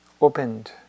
opened